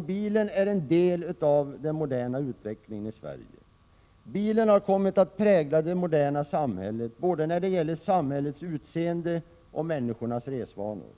Bilen är en del av den moderna utvecklingen i Sverige. Bilen har kommit att prägla det moderna samhället både när det gäller samhällets utseende och människornas resvanor.